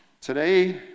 Today